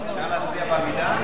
מצביעים.